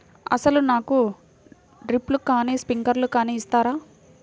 అసలు నాకు డ్రిప్లు కానీ స్ప్రింక్లర్ కానీ ఇస్తారా?